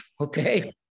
Okay